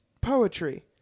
poetry